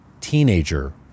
teenager